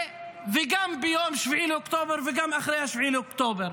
וגם ביום 7 באוקטובר וגם אחרי 7 באוקטובר.